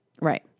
right